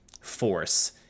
force